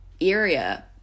area